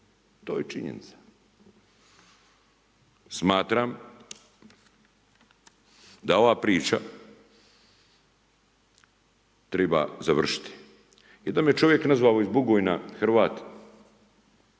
To je činjenica. Smatram, da ova priča treba završiti. Jedan me čovjek nazvao iz Bugojna, Hrvat,